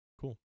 Cool